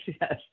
yes